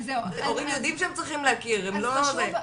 הורים יודעים שהם צריכים להכיר, איך?